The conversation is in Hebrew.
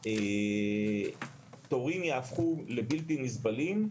התורים ייהפכו לבלתי נסבלים,